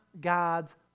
God's